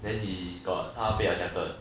then he got 他被 accepted